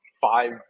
five